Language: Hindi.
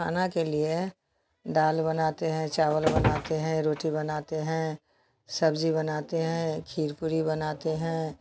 खाना के लिए दाल बनाते हैं चावल बनाते हैं रोटी बनाते हैं सब्ज़ी बनाते हैं खीर पूड़ी बनाते हैं